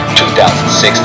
2016